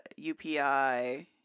UPI